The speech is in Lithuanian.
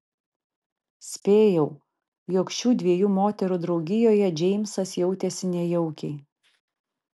spėjau jog šių dviejų moterų draugijoje džeimsas jautėsi nejaukiai